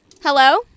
Hello